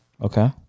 Okay